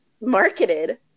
marketed